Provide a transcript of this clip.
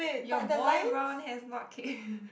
your boy Ron has not kicked